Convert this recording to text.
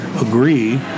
agree